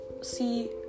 See